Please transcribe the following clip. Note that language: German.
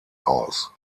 aus